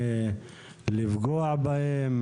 לפגוע בהם,